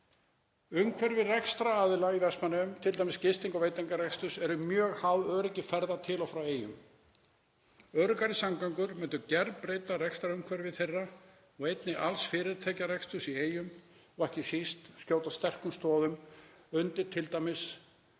Umhverfi rekstraraðila í Vestmannaeyjum, t.d. gisting- og veitingarekstur, er mjög háð öryggi ferða til og frá Eyjum. Öruggari samgöngur myndu gerbreyta rekstrarumhverfi þeirra og einnig alls fyrirtækjareksturs í Eyjum og ekki síst skjóta sterkum stoðum undir t.d.